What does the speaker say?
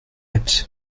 acte